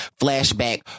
flashback